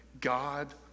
God